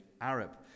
Arab